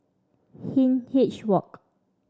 Hindhede Walk